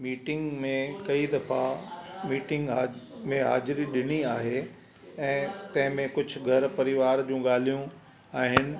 meeting में कई दफ़ा मीटिंग ह में हाजिरी ॾिनी आहे ऐं तंहिंमें कुझु घर परिवार जूं ॻाल्हियूं आहिनि